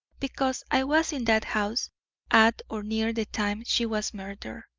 because i was in that house at or near the time she was murdered.